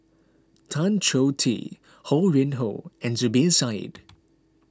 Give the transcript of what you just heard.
Tan Choh Tee Ho Yuen Hoe and Zubir Said